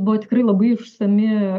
buvo tikrai labai išsami